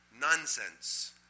nonsense